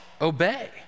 obey